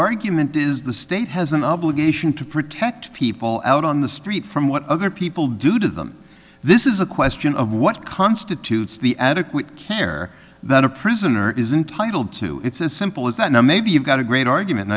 argument is the state has an obligation to protect people out on the street from what other people do to them this is a question of what constitutes the adequate care that a prisoner is entitle to it's as simple as that now maybe you've got a great argument and